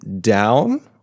down